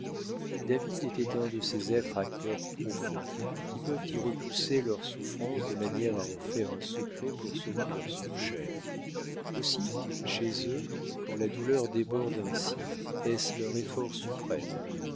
david était un de ces êtres à cœur profond qui peuvent y repousser leurs souffrances de manière à en faire un secret pour ceux qui leur sont chers aussi chez eux quand la douleur déborde ainsi est-ce leur effort suprême